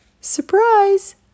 Surprise